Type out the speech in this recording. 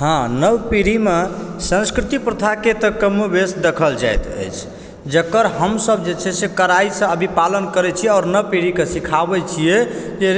हँ नवपीढ़ीमऽ संस्कृति प्रथाकऽ तऽ कमोवेश देखल जाइत अछि जेकर हमसभ जे छै कड़ाइसँ अभी पालन करय छियै आओर नवपीढ़ीकऽ सिखाबय छियै